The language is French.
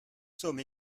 sommes